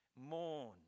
mourn